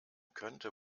könnte